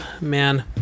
Man